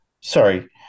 sorry